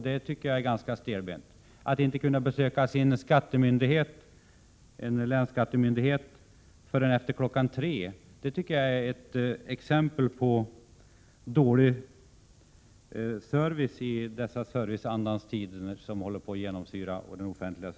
Det är ett exempel på dålig service i dessa dagar, när serviceandan håller på att genomsyra den offentliga sektorn, att människor inte kan besöka länsskattemyndigheten efter kl. 15.00.